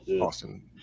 Austin